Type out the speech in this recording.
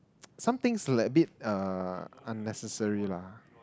somethings like a bit uh unnecessary lah